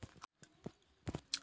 रवि फसल कई प्रकार होचे?